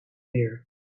meer